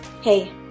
Hey